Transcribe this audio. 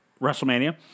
WrestleMania